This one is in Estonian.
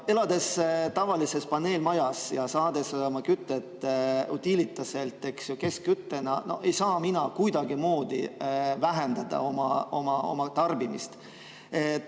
Elades tavalises paneelmajas ja saades oma kütet Utilitaselt keskküttena, ei saa mina kuidagimoodi vähendada oma tarbimist.